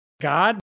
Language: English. God